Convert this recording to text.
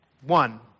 One